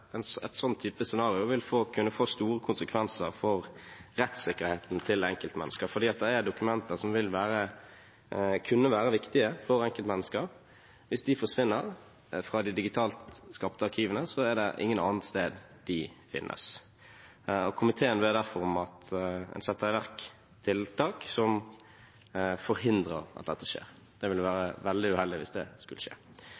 et sånt type scenario vil kunne få store konsekvenser for rettssikkerheten til enkeltmennesker fordi det er dokumenter som vil kunne være viktige for enkeltmennesker. Hvis de forsvinner fra de digitalt skapte arkivene, er det intet annet sted de finnes. Komiteen ber derfor om at en setter i verk tiltak som forhindrer at dette skjer. Det ville være veldig uheldig hvis det skulle skje.